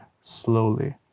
slowly